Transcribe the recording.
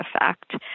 effect